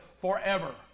forever